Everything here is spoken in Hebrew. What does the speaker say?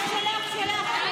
מה ששלך שלך.